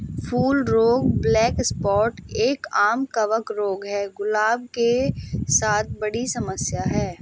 फूल रोग black spot एक, आम कवक रोग है, गुलाब के साथ बड़ी समस्या है